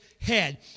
head